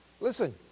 Listen